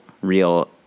Real